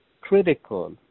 critical